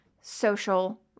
social